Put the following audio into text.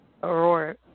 Aurora